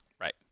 Right